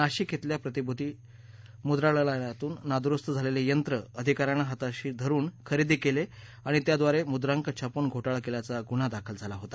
नाशिक िअल्या प्रतिभूती मुद्रालणालयातून नादुरुस्त झालेले यंत्र अधिकाऱ्यांना हाताशी धरुन खरेदी केले आणि त्याआधारे मुद्रांक छापून घोटाळा केल्याचा गुन्हा दाखल झाला होता